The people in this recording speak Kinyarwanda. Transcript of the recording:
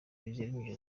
biziyaremye